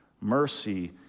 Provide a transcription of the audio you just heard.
Mercy